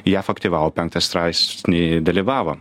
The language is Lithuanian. jav aktyvavo penktą straipsnį dalyvavom